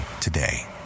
today